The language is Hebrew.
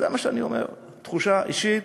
זה מה שאני אומר, תחושה אישית.